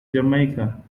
jamaica